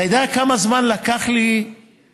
אתה יודע כמה זמן לקח לי למנות